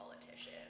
politician